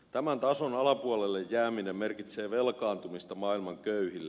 tämän tason alapuolelle jääminen merkitsee velkaantumista maailman köyhille